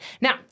Now